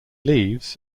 leaves